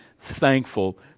thankful